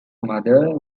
mother